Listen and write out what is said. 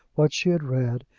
what she had read,